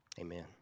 Amen